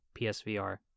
PSVR